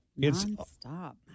Nonstop